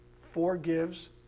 forgives